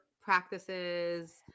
practices